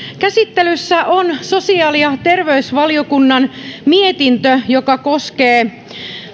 käsittelyssä on sosiaali ja terveysvaliokunnan mietintö joka koskee